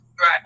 Right